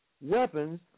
weapons